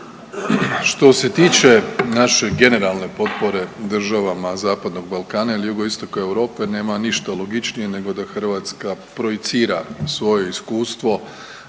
Što se tiče naše generalne potpore državama Zapadnog Balkana ili jugoistoka Europe nema ništa logičnije nego da Hrvatska projicira svoje iskustvo